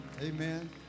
Amen